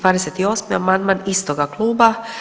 28. amandman istoga kluba.